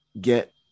get